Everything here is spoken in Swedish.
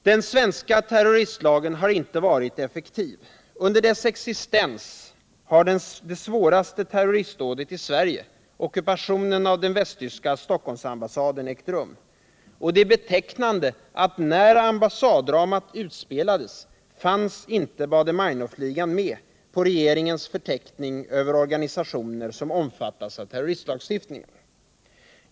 Den svenska terroristlagen har inte varit effektiv. Under dess existens har det svåraste terroristdådet i Sverige — ockupationen av den västtyska Stockholmsambassaden — ägt rum. Det är betecknande att när ambas = Nr 55 saddramat utspelades Baader-Meinhof-ligan inte fanns med i regeringens förteckning över organisationer som omfattas av terroristlagen.